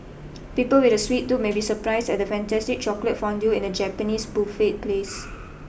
people with a sweet tooth may be surprised at a fantastic chocolate fondue in a Japanese buffet place